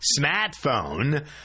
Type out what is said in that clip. smartphone